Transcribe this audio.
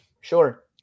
Sure